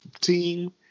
team